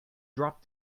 drop